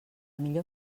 millor